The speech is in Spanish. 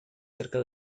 cerca